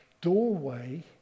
doorway